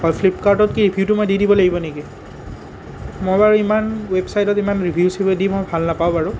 হয় ফ্লিপকাৰ্টত কি ৰিভিউটো মই দি দিব লাগিব নেকি মই বাৰু ইমান ৱেবচাইটত ইমান ৰিভিউ চিভিউ দি মই ভাল নাপাওঁ বাৰু